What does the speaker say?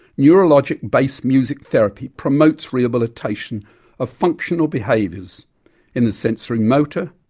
neurologic based music therapy promotes rehabilitation of functional behaviours in the sensorimotor,